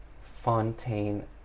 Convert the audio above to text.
Fontaine